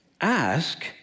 Ask